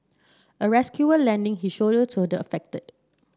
a rescuer lending his shoulder to the affected